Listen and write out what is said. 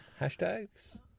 hashtags